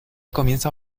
comienza